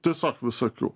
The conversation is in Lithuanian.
tiesiog visokių